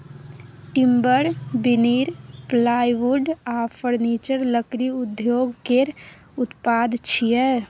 timber, veneer, plywood आ furniture लकड़ी उद्योग केर उत्पाद छियै